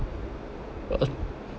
uh